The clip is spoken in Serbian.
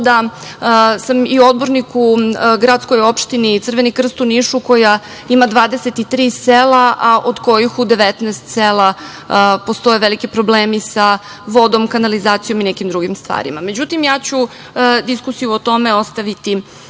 da sam i odbornik u Gradskoj opštini Crveni krst u Nišu koja ima 23 sela, a od kojih u 19 sela postoje veliki problemi sa vodom, kanalizacijom i nekim drugim stvarima. Međutim, ja ću diskusiju o tome ostaviti